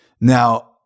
Now